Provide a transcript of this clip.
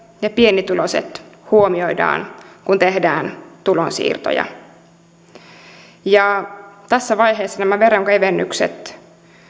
ja pienituloiset huomioidaan kun tehdään tulonsiirtoja tässä vaiheessa nämä veronkevennykset